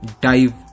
dive